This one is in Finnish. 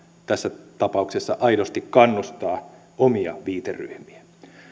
tässä tapauksessa aidosti kannustaa omia viiteryhmiä